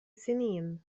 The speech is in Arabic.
سنين